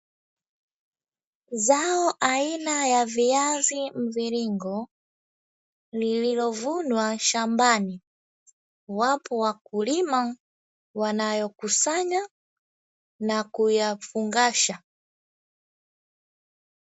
Zao aina ya viazi mviringo lililovunwa shambani, wapo wakulima wanaokusanya na kuyafungasha.